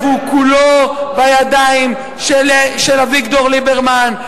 והוא כולו בידיים של אביגדור ליברמן,